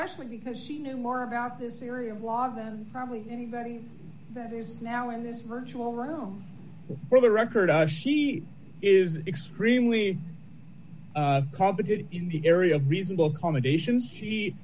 especially because she knew more about this area of law than probably anybody that is now in this virtual room for the record i she is extremely competent in the area of reasonable accommodations she